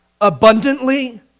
abundantly